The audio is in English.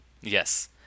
Yes